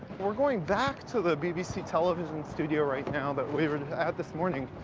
we're going back to the bbc television studio right now that we were at this morning,